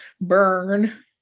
burn